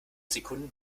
sekunden